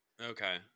Okay